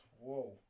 whoa